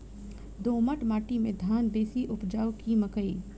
दोमट माटि मे धान बेसी उपजाउ की मकई?